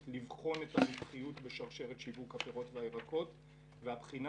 לבחון את הרווחיות בשרשרת שיווק הפירות והירקות והבחינה